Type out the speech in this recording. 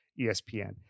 ESPN